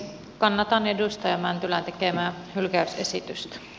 kannatan edustaja mäntylän tekemää hylkäysesitystä